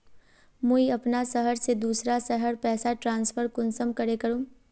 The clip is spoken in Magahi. मुई अपना शहर से दूसरा शहर पैसा ट्रांसफर कुंसम करे करूम?